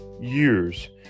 years